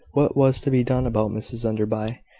what was to be done about mrs enderby?